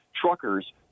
truckers